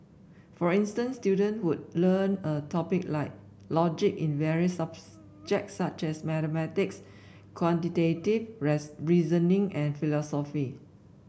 for instance student would learn a topic like logic in various subjects such as mathematics quantitative reasoning and philosophy